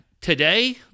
Today